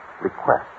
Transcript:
request